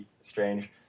strange